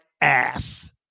ass